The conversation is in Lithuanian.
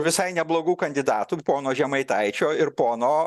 visai neblogų kandidatų pono žemaitaičio ir pono